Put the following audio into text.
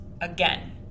again